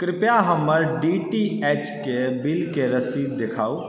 कृपया हमर D T H के बिल के रसीद देखाउ